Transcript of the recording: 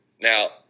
Now